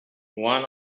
one